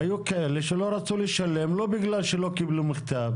והיו כאלה שלא רצו לשלם לא בגלל שלא קיבלו מכתב,